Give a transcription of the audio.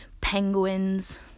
penguins